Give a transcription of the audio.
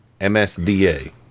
MSDA